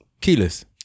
keyless